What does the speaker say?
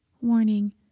Warning